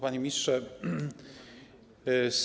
Panie Ministrze!